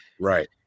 Right